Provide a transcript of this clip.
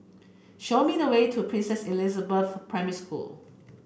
show me the way to Princess Elizabeth Primary School